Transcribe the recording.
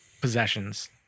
possessions